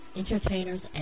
entertainers